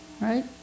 Right